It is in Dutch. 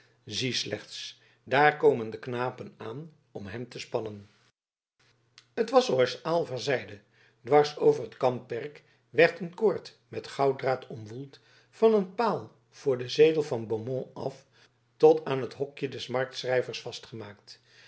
zie slechts daar komen de knapen aan om hem te spannen het was zooals aylva zeide dwars over het kampperk werd een koord met gouddraad omwoeld van een paal voor den zetel van beaumont af tot aan het hokje des marktschrijvers vastgemaakt